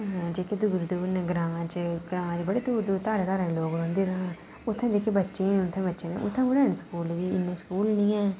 जेह्के दूर दूर न ग्रांऽ च ग्रांऽ च बड़े दूर दूर धारें धारें च लोग रौंह्दे न उत्थें जेह्के बच्चे न उत्थें बच्चें उत्थें थोह्ड़े न स्कूल इन्ने स्कूल निं हैन